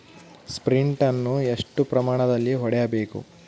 Sprint ಅನ್ನು ಎಷ್ಟು ಪ್ರಮಾಣದಲ್ಲಿ ಹೊಡೆಯಬೇಕು?